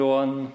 one